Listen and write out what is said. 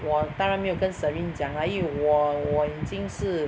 我当然没有跟 Serene 讲 lah 因为我我已经是